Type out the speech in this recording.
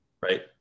Right